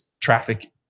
traffic